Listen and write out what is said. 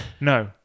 No